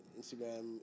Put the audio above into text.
Instagram